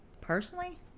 personally